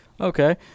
okay